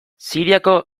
siriako